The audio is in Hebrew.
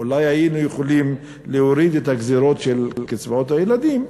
אולי היינו יכולים להוריד את הגזירות של קצבאות הילדים,